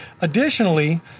Additionally